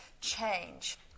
change